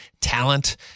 talent